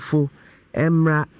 emra